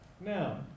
Now